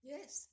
Yes